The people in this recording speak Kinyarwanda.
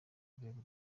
rwego